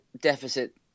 deficit